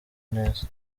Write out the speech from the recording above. neza